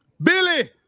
Billy